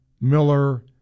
Miller